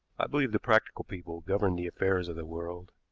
i believe the practical people govern the affairs of the world,